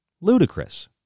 Ludicrous